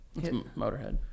Motorhead